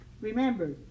Remember